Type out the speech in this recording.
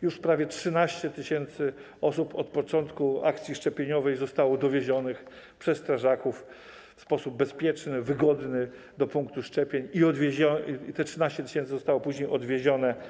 Już prawie 13 tys. osób od początku akcji szczepieniowej zostało dowiezionych przez strażaków w sposób bezpieczny, wygodny do punktów szczepień i te 13 tys. osób zostało później odwiezionych.